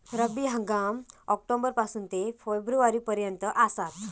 रब्बी हंगाम ऑक्टोबर पासून ते फेब्रुवारी पर्यंत आसात